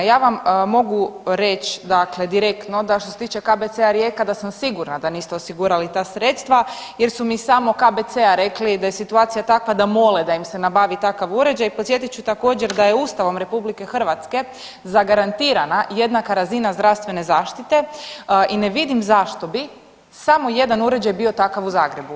Ja vam mogu reći dakle direktno da što se tiče KBC Rijeka da sam sigurna da niste osigurali ta sredstva jer su mi iz samog KBC-a rekli da je situacija takva da mole da im se nabavi takav uređaj, podsjetit ću također da je Ustavom RH zagarantirana jednaka razina zdravstvene zaštite i ne vidim zašto bi samo jedan uređaj bio takav u Zagrebu.